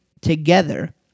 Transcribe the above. together